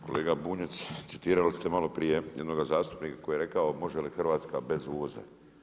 Kolega Bunjac, citirali ste malo prije jednoga zastupnika koji je rekao, može li Hrvatska bez uvoza.